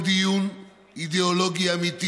דיון אידיאולוגי אמיתי